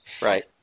Right